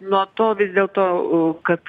nuo to vis dėl to kad